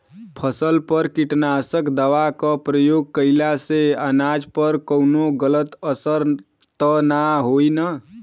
फसल पर कीटनाशक दवा क प्रयोग कइला से अनाज पर कवनो गलत असर त ना होई न?